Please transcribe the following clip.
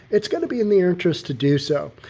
it's going to be in their interest to do so.